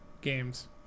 games